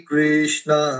Krishna